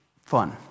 fun